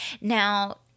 Now